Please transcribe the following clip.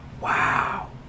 wow